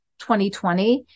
2020